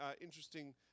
interesting